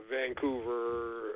Vancouver